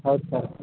ಹೌದು ಸರ್